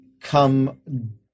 come